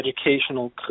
educational